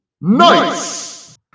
Nice